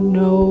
no